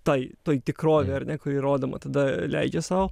tai toj tikrovėj ar ne kuri rodoma tada leidžia sau